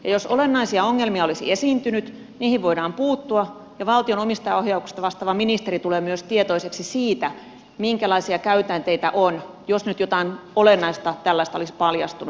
jos olennaisia ongelmia olisi esiintynyt niihin voidaan puuttua ja valtion omistajaohjauksesta vastaava ministeri tulee myös tietoiseksi siitä minkälaisia käytänteitä on jos nyt jotain olennaista tällaista olisi paljastunut